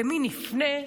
למי נפנה?